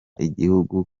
igihugu